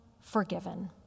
forgiven